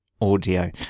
audio